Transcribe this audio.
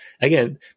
again